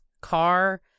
car